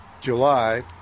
July